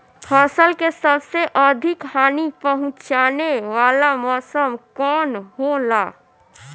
फसल के सबसे अधिक हानि पहुंचाने वाला मौसम कौन हो ला?